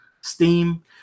Steam